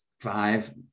five